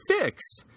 fix